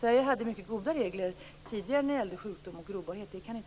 Sverige hade tidigare mycket goda regler för sjukdom och grobarhet.